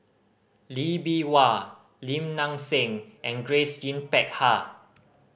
Lee Bee Wah Lim Nang Seng and Grace Yin Peck Ha